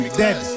dead